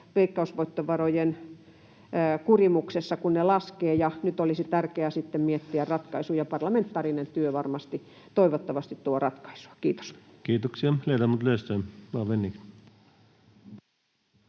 veikkausvoittovarojen kurimuksessa, kun ne laskevat, ja nyt olisi tärkeää sitten miettiä ratkaisuja. Parlamentaarinen työ toivottavasti tuo ratkaisun. — Kiitos.